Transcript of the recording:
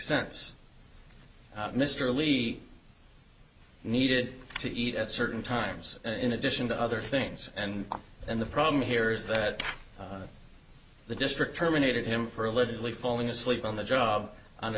sense mr lee needed to eat at certain times in addition to other things and and the problem here is that the district terminated him for allegedly falling asleep on the job on